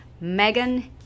Megan